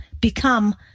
become